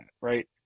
Right